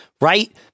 right